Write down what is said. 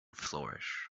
flourish